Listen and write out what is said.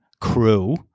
crew